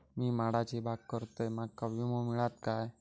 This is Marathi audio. मी माडाची बाग करतंय माका विमो मिळात काय?